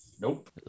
nope